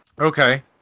Okay